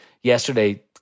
yesterday